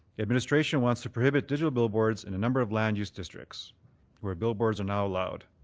administration wants to prohibit digital billboards in a number of land use districts where billboards are now allowed.